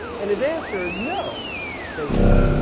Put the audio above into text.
and his answer is no basically.